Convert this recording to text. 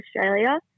Australia